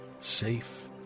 safe